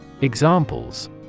Examples